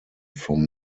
from